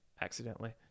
accidentally